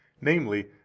namely